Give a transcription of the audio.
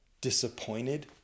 disappointed